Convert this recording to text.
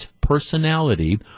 personality